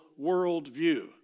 worldview